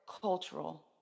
cultural